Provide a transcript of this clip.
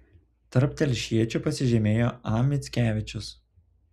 tarp telšiečių pasižymėjo a mickevičius